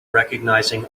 recognizing